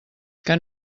que